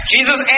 Jesus